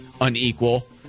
unequal